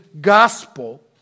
gospel